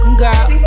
girl